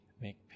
make